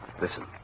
Listen